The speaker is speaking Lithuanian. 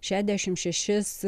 šiadešimt šešis